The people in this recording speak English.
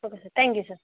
okay sir thank you sir